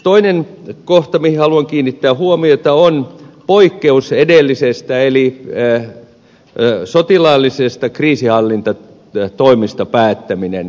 toinen kohta mihin haluan kiinnittää huomiota on poikkeus edellisestä eli sotilaallisista kriisihallintatoimista päättäminen